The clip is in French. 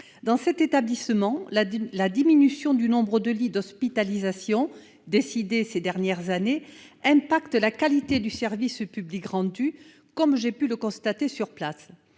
Dans cet établissement, la diminution du nombre de lits d'hospitalisation, décidée ces dernières années, nuit à la qualité du service public rendu, comme j'ai pu le constater sur place.